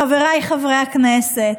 חבריי חברי הכנסת,